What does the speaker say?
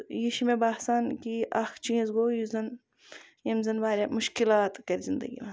یہِ چھُ مےٚ باسان کہِ اکھ چیٖز گوٚو یُس زَن ییٚمہِ زَن واریاہ مُشکِلات کٔر زِندَگی مَنٛز